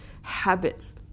habits